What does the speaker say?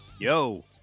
yo